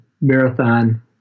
marathon